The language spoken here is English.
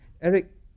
Eric